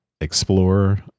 explore